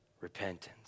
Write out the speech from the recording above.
repentance